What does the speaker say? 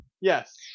Yes